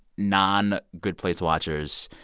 non good place watchers,